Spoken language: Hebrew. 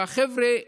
והחבר'ה,